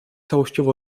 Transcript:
częściowo